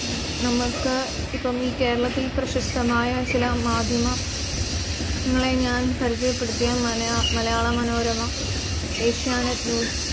നമക്ക് ഇപ്പോള് ഈ കേരളത്തിൽ പ്രശസ്തമായ ചില മാദ്ധ്യമങ്ങളെ ഞാൻ പരിചയപ്പെടുത്തിയാൽ മലയാള മനോരമ ഏഷ്യാനെറ്റ് ന്യൂസ്